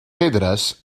pedres